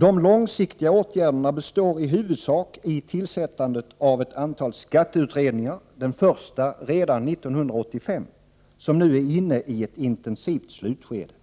De långsiktiga åtgärderna består i huvudsak i tillsättandet av ett antal skatteutredningar— den första redan 1985 som nu är inne i ett intensivt slutskede.